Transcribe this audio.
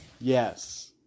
Yes